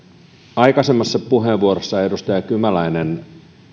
aikaisemmassa puheenvuorossa edustaja kymäläinen